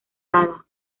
dada